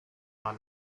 our